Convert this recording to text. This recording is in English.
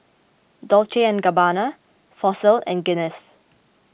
Dolce and Gabbana Fossil and Guinness